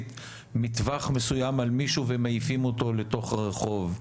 מטווח מסוים על מישהו ומעיפים אותו לתוך הרחוב?